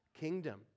kingdom